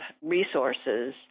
resources